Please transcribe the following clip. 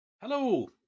Hello